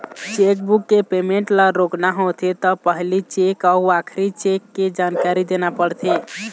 chequebook के payment ल रोकना होथे त पहिली चेक अउ आखरी चेक के जानकारी देना परथे